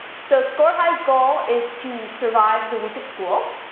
so score high's goal is to survive the week of school.